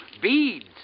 beads